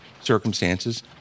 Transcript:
circumstances